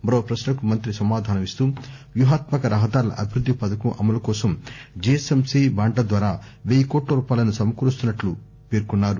మరో పశ్నకు మంతి సమాధానం ఇస్తూ వ్యూహాత్మక రహదార్ల అభివృద్ది పథకం అమలు కోసం జిహెచ్ఎంసి బాండ్ల ద్వారా వెయ్యి కోట్ల రూపాయలను సమకూరుస్తున్నట్లు పేర్కొన్నారు